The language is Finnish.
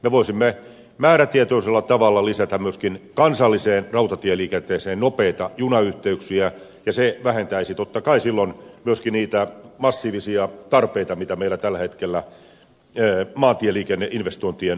me voisimme määrätietoisella tavalla lisätä myöskin kansalliseen rautatieliikenteeseen nopeita junayhteyksiä ja se vähentäisi totta kai silloin myöskin niitä massiivisia tarpeita mitä meillä tällä hetkellä maantieliikenneinvestointien puolella on